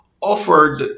offered